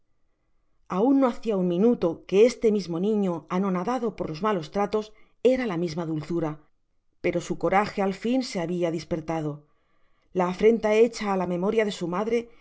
aun no hacia un minuto que este'mismo niño anonadado por los malos tratos era la misma dulzura pero su corage al fin se habia dispertado la afrenta hecha á la memoria de su madre